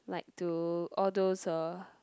like to all those uh